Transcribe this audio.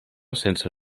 sense